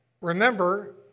Remember